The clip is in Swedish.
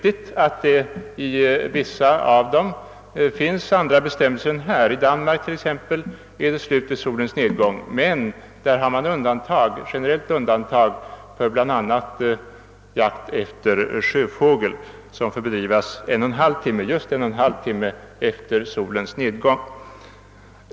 I vissa länder finns andra bestämmelser, det är riktigt. I Danmark t.ex. är jakten slut vid solens nedgång. Där har man emellertid generellt undantag för bl.a. jakt efter sjöfågel, som får bedrivas 1'!/2 timme efter solens nedgång.